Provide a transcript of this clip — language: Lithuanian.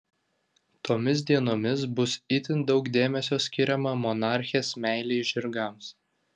tomis dienomis bus itin daug dėmesio skiriama monarchės meilei žirgams